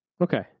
Okay